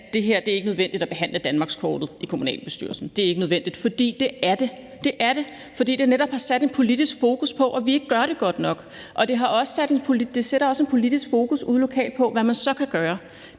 at det ikke er nødvendigt at behandle danmarkskortet i kommunalbestyrelsen. For det er det. Det er det, fordi det netop har sat en politisk fokus på, at vi ikke gør det godt nok. Og det sætter også et politisk fokus ude lokalt på, hvad man så kan gøre.